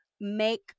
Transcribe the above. make